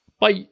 bye